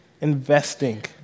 Investing